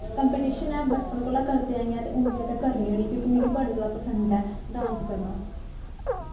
competition ऐ बचपन कोला करदी आई आं ते हून बी अग्गें करनी होन्नी क्योंकि मिगी बड़ा जादा पसंद ऐ डांस करना